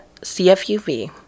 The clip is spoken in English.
CFUV